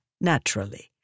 naturally